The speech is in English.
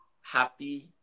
Happy